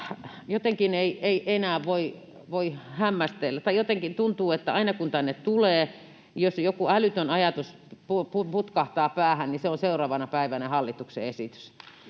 tyhjensi pajatson. Jotenkin tuntuu, että aina kun tänne tulee, niin jos joku älytön ajatus putkahtaa päähän, niin se on seuraavana päivänä hallituksen esitys,